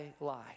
lie